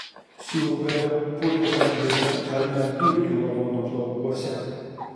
siūlgalio purvo panagėse ar net dulkių lavono plaukuose